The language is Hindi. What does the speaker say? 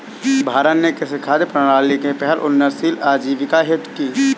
भारत ने कृषि खाद्य प्रणाली की पहल उन्नतशील आजीविका हेतु की